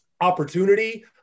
opportunity